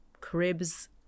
cribs